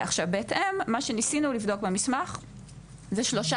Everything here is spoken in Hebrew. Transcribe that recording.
עכשיו בהתאם מה שניסינו לבדוק במסמך זה שלושה